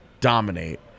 dominate